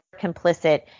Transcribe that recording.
complicit